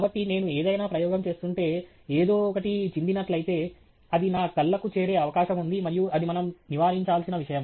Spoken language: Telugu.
కాబట్టి నేను ఏదైనా ప్రయోగం చేస్తుంటే ఏదో ఒకటి చిందినట్లయితే అది నా కళ్ళకు చేరే అవకాశం ఉంది మరియు అది మనం నివారించాల్సిన విషయం